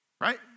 Right